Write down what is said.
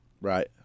Right